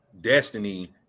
Destiny